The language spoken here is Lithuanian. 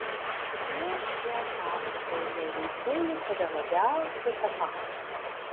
su kuriuo šio pasakojimo veikėju save labiausiai tapatini